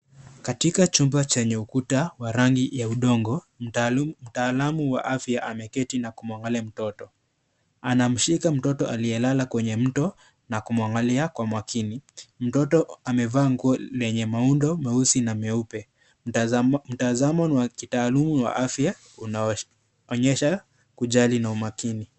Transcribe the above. Katika chumba chenye ukuta wa rangi ya udongo, mtaalamu wa afya ameketi na kumuangalia mtoto, anamshika mtoto aliyelala kwenye mto na kumuangalia kwa makini mtoto amevaa nguo lenye maundo meusi na meupe, mtazamo wa kitaaluma wa afya unaonyesha kujali na umakini.